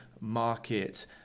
market